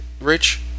Rich